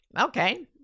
Okay